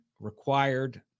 required